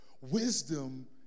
wisdom